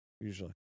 usually